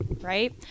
right